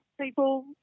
people